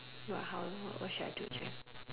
what how ah what what should I do